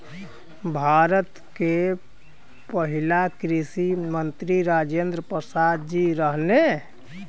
भारत के पहिला कृषि मंत्री राजेंद्र प्रसाद जी रहने